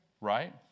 right